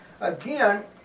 again